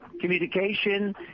communication